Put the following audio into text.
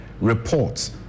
reports